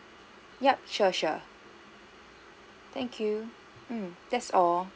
yup sure sure thank you mm that's all